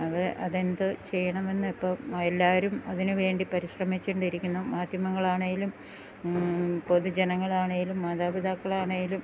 അത് അതെന്ത് ചെയ്യണം എന്നിപ്പം എല്ലാവരും അതിന് വേണ്ടി പരിശ്രമിച്ച് കൊണ്ടിരിക്കുന്ന മാധ്യമങ്ങൾ ആണേലും പൊതു ജനങ്ങളാണേലും മാതാപിതാക്കളാണേലും